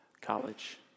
college